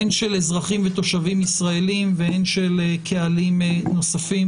הן של אזרחים ותושבים ישראלים והן של קהלים נוספים.